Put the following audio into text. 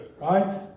Right